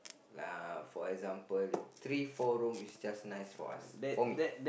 uh for example three four room is just right for us for me